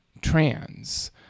trans